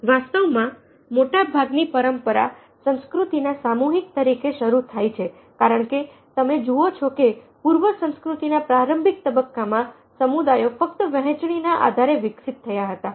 વાસ્તવમાં મોટાભાગની પરંપરા સંસ્કૃતિના સામૂહિક તરીકે શરૂ થાય છે કારણ કે તમે જુઓ છો કે પૂર્વ સંસ્કૃતિના પ્રારંભિક તબક્કામાં સમુદાયો ફક્ત વહેચણી ના આધારે વિકસિત થયા હતા